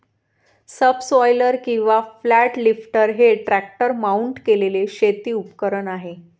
subsoiler किंवा flat lifter हे tractor mount केलेले शेती उपकरण आहे